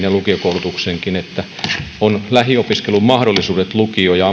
ja lukiokoulutustakin ja sitä että on lähiopiskelun mahdollisuudet lukio ja